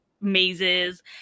Mazes